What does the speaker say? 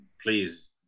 please